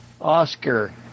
Oscar